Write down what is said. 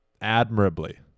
admirably